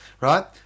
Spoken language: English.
right